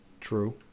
True